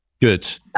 Good